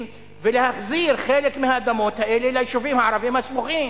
ולהחזיר חלק מהאדמות האלה ליישובים הערביים הסמוכים.